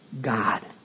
God